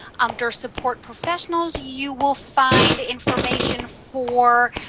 under support professionals, you will find information for